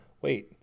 Wait